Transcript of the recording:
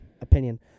opinion